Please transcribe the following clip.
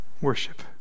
worship